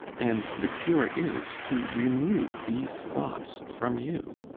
and the cure is to remoue these thoughts from you.